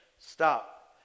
stop